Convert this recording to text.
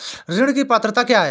ऋण की पात्रता क्या है?